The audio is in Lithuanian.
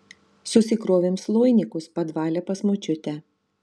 susikrovėm sloinikus padvale pas močiutę